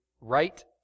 right